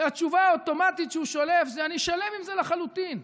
התשובה האוטומטית שהוא שולף זה: אני שלם עם זה לחלוטין.